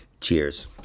Cheers